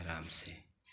आराम से